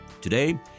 Today